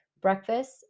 breakfast